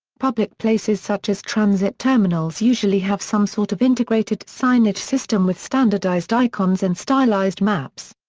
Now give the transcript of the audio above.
public places such as transit terminals usually have some sort of integrated signage system with standardized icons and stylized maps.